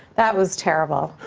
that was terrible.